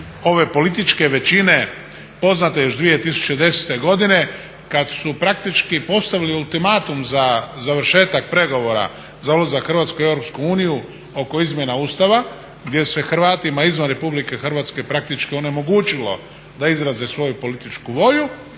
ove političke većine poznata još 2010. godine kad su praktički postavili ultimatum za završetak pregovara za ulazak Hrvatske u EU, oko izmjena Ustava gdje se Hrvatima izvan RH praktički onemogućilo da izraze svoju političku volju